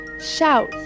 Shout